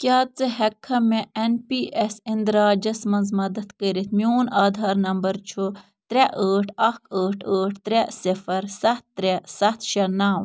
کیٛاہ ژٕ ہؠکہٕ مےٚ این پی ایس اندراجس منٛز مدد کٔرتھ میون آدھار نمبر چھُ ترٛےٚ ٲٹھ اَکھ ٲٹھ ٲٹھ ترٛےٚ صِفَر سَتھ ترٛےٚ سَتھ شےٚ نَو